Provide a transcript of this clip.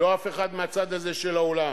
לא אף אחד מהצד הזה של האולם: